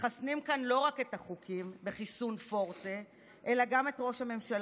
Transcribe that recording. מחסנים כאן לא רק את החוקים בחיסון פורטה אלא גם את ראש הממשלה,